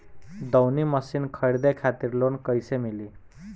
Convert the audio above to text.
दऊनी मशीन खरीदे खातिर लोन कइसे मिली?